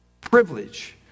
privilege